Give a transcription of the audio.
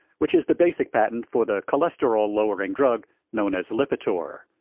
which is the basic patent for the cholesterol-lowering drug known as lipitor.